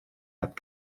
heb